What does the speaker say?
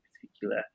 particular